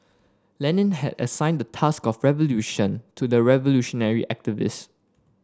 Lenin had assigned the task of revolution to the revolutionary activist